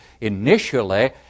initially